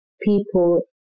people